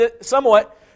somewhat